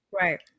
Right